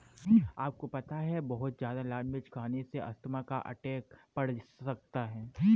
आपको पता है बहुत ज्यादा लाल मिर्च खाने से अस्थमा का अटैक पड़ सकता है?